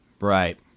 Right